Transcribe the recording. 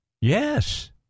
yes